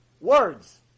Words